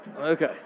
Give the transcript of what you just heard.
Okay